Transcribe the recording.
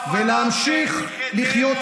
תן לו עכשיו להשיב.